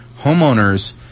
homeowners